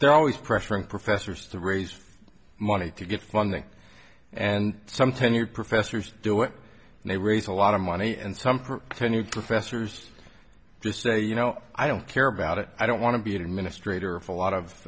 they're always pressuring professors to raise money to get funding and some tenured professors do it and they raise a lot of money and some for the new professors to say you know i don't care about it i don't want to be an a